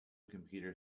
computer